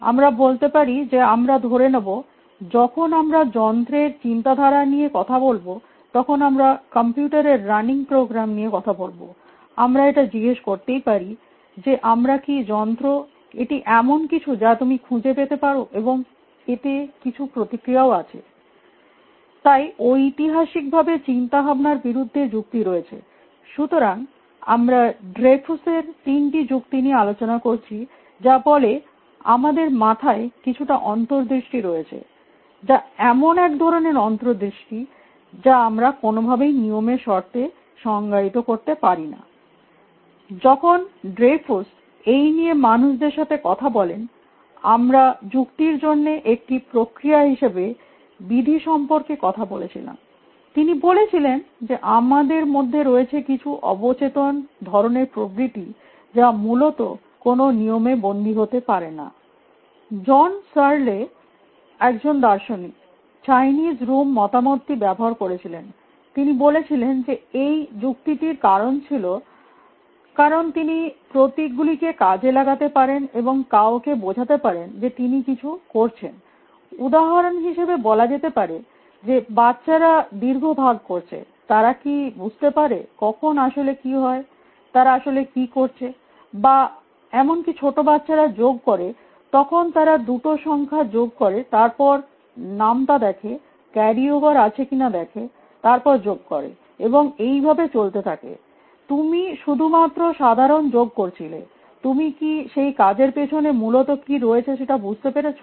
আমরা বলতে পারি যে আমরা ধরে নেব যখন আমরা যন্ত্রের চিন্তাধারা নিয়ে কথা বলব তখন আমরা কম্পিউটারের রানিং প্রোগ্রাম নিয়ে কথা বলব আমরা এটা জিগেস করতেই পারি যে আমরা কি যন্ত্র এটি এমন কিছু যা তুমি খুঁজে পেতে পারো এবং এতে কিছু প্রতিক্রিয়াও আছে তাই ঐতিহাসিকভাবে চিন্তাভাবনার বিরুদ্ধে যুক্তি রয়েছেসুতরাং আমরা ড্রেইফুস এর 3টি যুক্তি নিয়ে আলোচনা করছি যা বলে যে আমাদের মাথায় কিছুটা অন্তর্দৃষ্টি রয়েছে যা এমন এক ধরনের অন্তর্দৃষ্টি য়া আমরা কোনোভাবেই নিয়মের শর্তে সংঙ্গায়িত করতে পারি না যখন ড্রেইফুস এই নিয়ে মানুষদের সাথে কথা বলেনআমরা যুক্তির জন্য একটি প্রক্রিয়া হিসাবে বিধি সম্পর্কে কথা বলেছিলামতিনি বলেছিলেন যে আমাদের মধ্যে রয়েছে কিছু অবচেতন ধরণের প্রবৃত্তি যা মূলত কোনো নিয়মে বন্দী হতে পারে না জন সার্লে একজন দার্শনিক চাইনিজ রুম মতামতটি ব্যবহার করেছিলেনতিনি বলেছিলেন যে এই যুক্তিটির কারণ ছিল কারণ তিনি প্রতীকগুলিকে কাজে লাগাতে পারেন এবং কাউকে বোঝাতে পারেন যে তিনি কিছু করছেন উদাহরণ হিসেবে বলা যেতে পারে যে বাচ্চারা দীর্ঘ ভাগ করছেতারা কী বুঝতে পারে কখন আসলে কী হয়তারা আসলে কী করছে বা এমনকী ছোট বাচ্চারা যোগ করে তখন তারা 2 টো সংখ্যা যোগ করেতারপর নামতা দেখে ক্যারিওভার আছে কিনা দেখেতারপর যোগ করে এবং এইভাবে চলতে থাকেতুমি শুধুমাত্র সাধারণ যোগ করছিলেতুমি কী সেই কাজের পিছনে মূলত কী রয়েছে সেটা বুঝতে পেরেছো